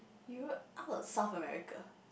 Europe how about South-America